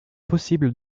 possibles